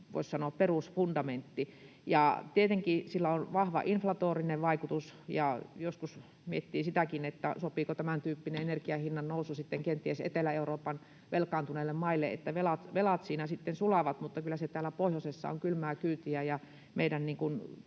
voisi sanoa, perusfundamentti. Ja tietenkin sillä on vahva inflatorinen vaikutus. Joskus miettii sitäkin, sopiiko tämäntyyppinen energian hinnannousu sitten kenties Etelä-Euroopan velkaantuneille maille — velat siinä sitten sulavat — mutta kyllä se täällä pohjoisessa on kylmää kyytiä ja meidän